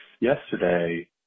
yesterday